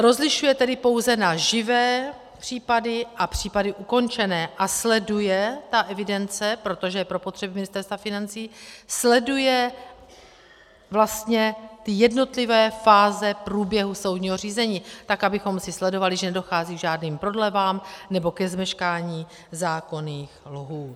Rozlišuje tedy pouze na živé případy a případy ukončené a sleduje ta evidence, protože je pro potřeby Ministerstva financí, sleduje vlastně jednotlivé fáze průběhu soudního řízení tak, abychom si sledovali, že nedochází k žádným prodlevám nebo ke zmeškání zákonných lhůt.